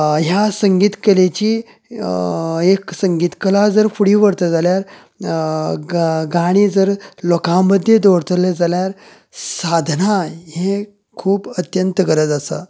ह्या संगीत कलेची एक संगीत कला जर फुडें व्हरत जाल्यार गा गाणीं जर लोकां मदीं दवरतले जाल्यार साधना हे खूब अत्यंत गरज आसा